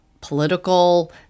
political